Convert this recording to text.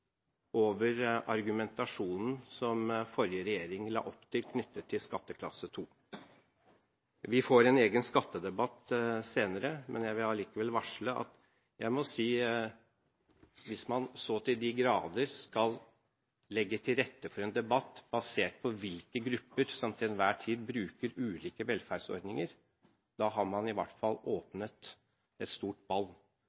over argumentasjonen som den forrige regjering la opp til knyttet til skatteklasse 2. Vi får en egen skattedebatt senere, men jeg vil allikevel varsle at hvis man så til de grader skal legge til rette for en debatt basert på hvilke grupper som til enhver tid bruker ulike velferdsordninger, har man åpnet et stort ball. Da bør man vite at dette er noe som skjer i